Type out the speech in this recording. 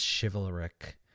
chivalric